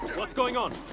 what's going on?